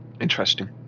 Interesting